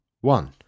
one